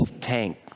tank